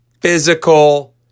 physical